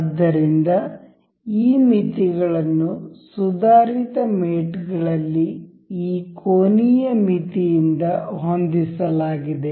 ಆದ್ದರಿಂದ ಈ ಮಿತಿಗಳನ್ನು ಸುಧಾರಿತ ಮೇಟ್ಗಳಲ್ಲಿ ಈ ಕೋನೀಯ ಮಿತಿಯಿಂದ ಹೊಂದಿಸಲಾಗಿದೆ